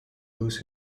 lose